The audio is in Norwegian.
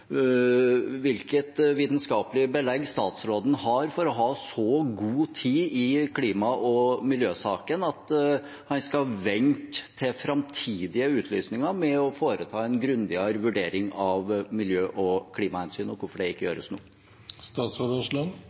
hvilket vitenskapelig belegg han har for å ha så god tid i klima- og miljøsaken at han skal vente til framtidige utlysninger med å foreta en grundigere vurdering av miljø- og klimahensyn, og hvorfor det ikke gjøres